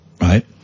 right